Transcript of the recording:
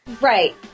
right